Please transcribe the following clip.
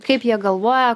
kaip jie galvoja